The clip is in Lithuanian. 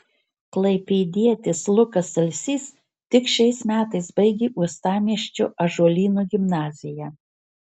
klaipėdietis lukas alsys tik šiais metais baigė uostamiesčio ąžuolyno gimnaziją